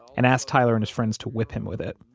and asked tyler and his friends to whip him with it,